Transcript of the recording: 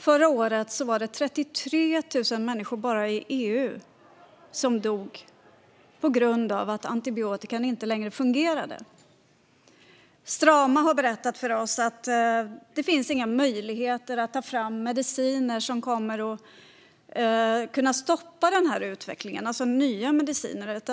Förra året var det 33 000 människor bara i EU som dog på grund av att antibiotikan inte längre fungerade. Strama har berättat för oss att det inte finns någon möjlighet att ta fram nya mediciner som kan stoppa den här utvecklingen.